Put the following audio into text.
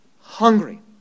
hungry